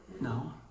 No